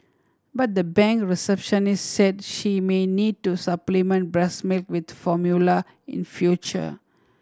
but the bank receptionist said she may need to supplement breast milk with formula in future